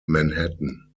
manhattan